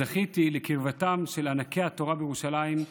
זכיתי לקרבתם של ענקי התורה בירושלים,